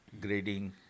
grading